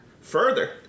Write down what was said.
Further